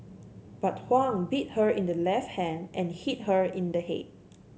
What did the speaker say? but Huang bit her in the left hand and hit her in the head